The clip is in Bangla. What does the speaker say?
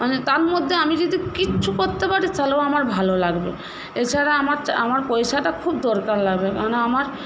মানে তার মধ্যে আমি যদি কিচ্ছু করতে পারি তাহলেও আমার ভালো লাগবে এছাড়া আমার আমার পয়সাটা খুব দরকার লাগবে কেননা আমার